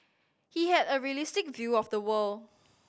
he had a realistic view of the world